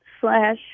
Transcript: slash